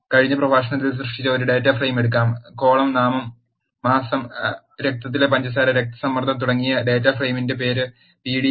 കഴിഞ്ഞ പ്രഭാഷണത്തിൽ സൃഷ്ടിച്ച ഒരു ഡാറ്റ ഫ്രെയിം എടുക്കാം കോളം നാമം മാസം രക്തത്തിലെ പഞ്ചസാര രക്തസമ്മർദ്ദം എന്നിവയുള്ള ഡാറ്റ ഫ്രെയിമിന്റെ പേര് pd